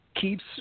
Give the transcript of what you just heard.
keeps